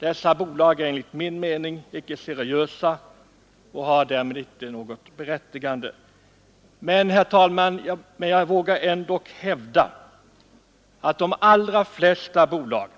Dessa bolag är enligt min mening icke seriösa och har därmed icke något berättigande. Men, herr talman, jag vågar ändock hävda att de allra flesta bolag